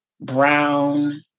brown